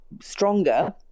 stronger